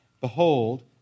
Behold